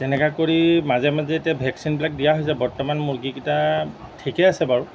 তেনেকা কৰি মাজে মাজে এতিয়া ভেকচিনবিলাক দিয়া হৈছে বৰ্তমান মুৰ্গীকেইটা ঠিকেই আছে বাৰু